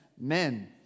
men